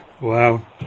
Wow